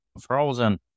frozen